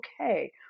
okay